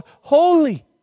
holy